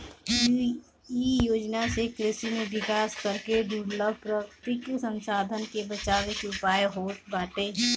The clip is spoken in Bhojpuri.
इ योजना से कृषि में विकास करके दुर्लभ प्राकृतिक संसाधन के बचावे के उयाय होत बाटे